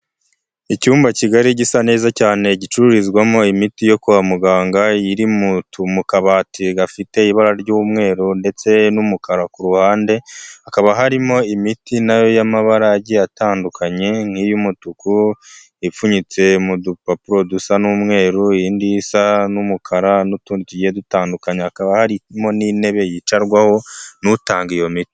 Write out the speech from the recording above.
Icyumba kigari gisa neza cyane gicururizwamo imiti yo kwa muganga, iri mu kabati gafite ibara ry'umweru ndetse n'umukara ku ruhande, hakaba harimo imiti na yo y'amabara agiye atandukanye nk'iy'umutuku ipfunyitse mu dupapuro dusa n'umweru, indi isa n'umukara n'utundi tugiye dutandukanye, hakaba harimo n'intebe yicarwaho n'utange iyo miti.